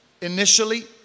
initially